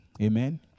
Amen